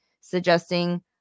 suggesting